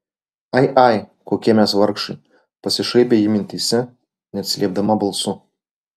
ai ai kokie mes vargšai pasišaipė ji mintyse neatsiliepdama balsu